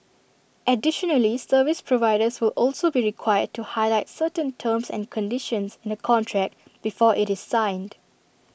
additionally service providers will also be required to highlight certain terms and conditions in A contract before IT is signed